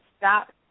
stop